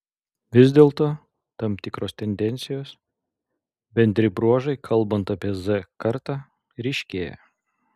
vis dėlto tam tikros tendencijos bendri bruožai kalbant apie z kartą ryškėja